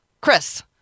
Chris